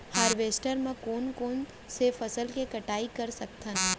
Harvester म कोन कोन से फसल के कटाई कर सकथन?